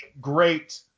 great